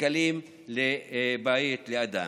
שקלים לבית, לאדם.